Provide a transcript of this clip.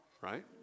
right